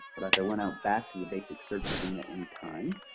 but as i went out back to the basic search screen at anytime.